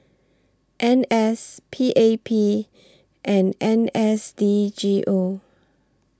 N S P A P and N S D G O